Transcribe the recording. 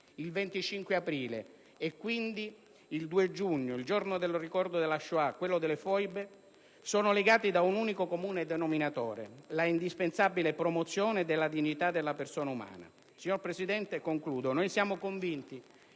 Il 25 aprile, il 2 giugno, il giorno del ricordo della Shoah, quello delle foibe, sono legati da un unico comune denominatore: l'indispensabile promozione della dignità della persona umana. Signor Presidente, in conclusione, siamo convinti